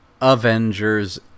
avengers